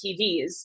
TVs